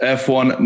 f1